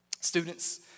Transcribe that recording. Students